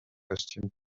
costume